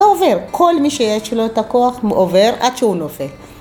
הוא עובר, כל מי שיש לו את הכוח עובר עד שהוא נופל.